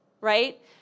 right